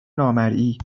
نامرئی